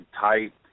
tight